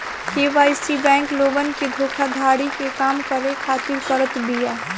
KYC bank लोगन के धोखाधड़ी के कम करे खातिर करत बिया